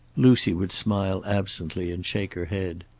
lucy would smile absently and shake her head.